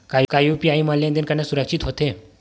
का यू.पी.आई म लेन देन करना सुरक्षित होथे?